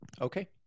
Okay